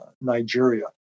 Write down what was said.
Nigeria